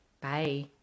bye